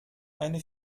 eine